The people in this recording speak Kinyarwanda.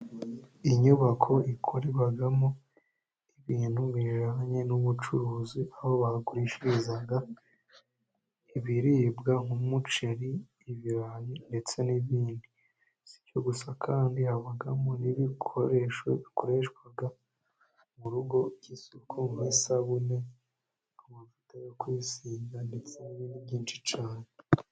Inyubako ikorerwamo ibintu bijyanye n'ubucuruzi, aho bagurishiriza ibiribwa nk'umuceri, ibirayi ndetse n'ibindi, si byo gusa kandi habamo n'ibikoresho bikoreshwa mu rugo by'isuku nk'isabune, amavuta yo kwisiga ndetse ni bindi byinshi cyane.